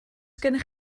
gennych